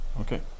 okay